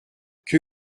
que